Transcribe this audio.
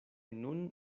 nun